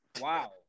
Wow